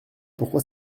pourquoi